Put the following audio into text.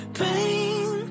pain